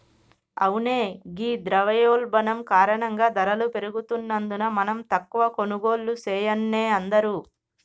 అవునే ఘీ ద్రవయోల్బణం కారణంగా ధరలు పెరుగుతున్నందున మనం తక్కువ కొనుగోళ్లు సెయాన్నే అందరూ